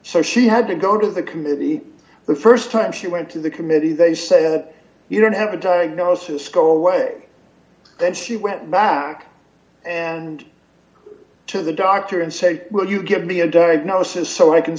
so she had to go to the committee the st time she went to the committee they said you don't have a diagnosis go away then she went back and to the doctor and say will you give me a diagnosis so i can